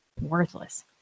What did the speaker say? Worthless